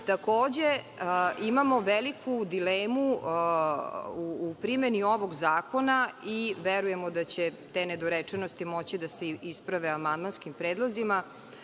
imamo veliku dilemu u primeni ovog zakona i verujemo da će te nedorečenosti moći da se isprave amandmanskim predlozima. Kada